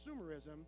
consumerism